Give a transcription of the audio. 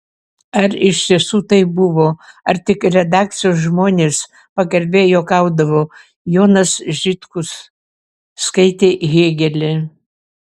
ar iš tiesų taip buvo ar tik redakcijos žmonės pagarbiai juokaudavo jonas žitkus skaitė hėgelį